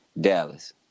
dallas